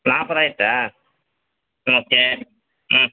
நாற்பதாயிருச்சா okay ம்